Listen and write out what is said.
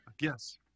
Yes